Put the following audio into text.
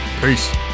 Peace